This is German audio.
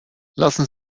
lassen